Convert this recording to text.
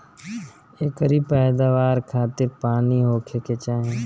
एकरी पैदवार खातिर पानी होखे के चाही